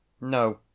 No